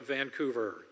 Vancouver